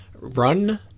run